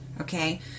Okay